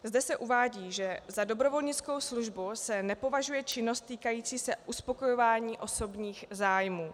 Zde se uvádí, že za dobrovolnickou službu se nepovažuje činnost týkající se uspokojování osobních zájmů.